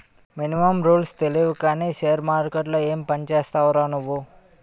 Minimum రూల్సే తెలియవు కానీ షేర్ మార్కెట్లో ఏం పనిచేస్తావురా నువ్వు?